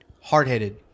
hard-headed